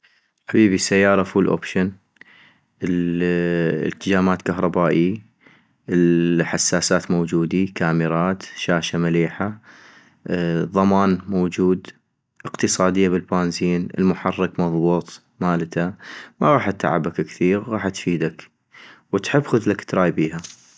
حبيبي السيارة فول اوبشن ، الجامات كهربائيي ، الحساسات موجودي، كامرات، شاشة مليحة ، ضمان موجود ، اقتصادية بالبانزين ، المحرك مضبوط مالتا - ما غاح اتعبك كثيغ ، غاح تفيدك - وتحب خذلك تراي بيها